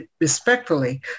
respectfully